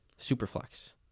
Superflex